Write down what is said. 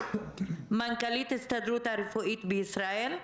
מנכ"לית ההסתדרות הרפואית בישראל.